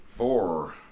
Four